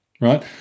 Right